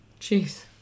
Jeez